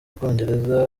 bwongereza